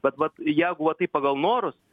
bet vat jeigu va taip pagal norus